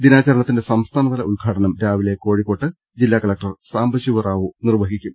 ദിനാചരണത്തിന്റെ സംസ്ഥാനതല ഉദ്ഘാടനം രാവിലെ കോഴിക്കോട്ട് ജില്ലാ കലക്ടർ സാംബശിവ റാവു നിർവ്വഹിക്കും